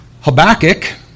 Habakkuk